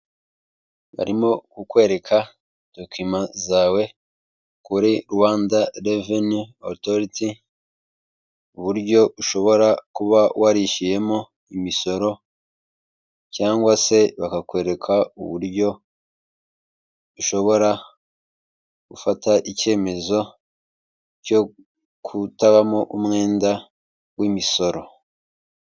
Barimo kukwereka dokima zawe kuri Rwanda reveni otoriti, buryo ushobora kuba warishyuyemo imisoro cyangwa se bakakwereka uburyo ushobora gufata icyemezo cyo kutabamo umwenda w'imisoro.